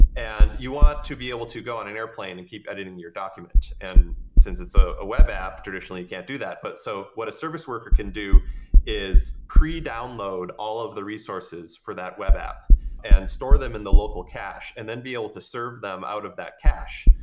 you want to be able to go on an airplane and keep editing your document, and since it's a web app, traditionally, you can't do. but so what a service worker can do is pre-download all of the resources for that web app and store them in the local cache and then be able to serve them out of that cache,